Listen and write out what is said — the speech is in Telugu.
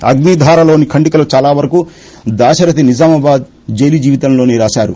అగ్నిధారి లోని ఖండికలు చాలా వరకు దాశరథి నిజామాబాద్ జైలు జీవితం లోనే రాశారు